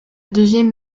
deuxième